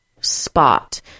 spot